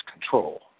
Control